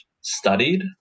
studied